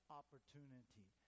opportunity